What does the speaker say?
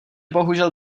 bohužel